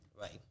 Right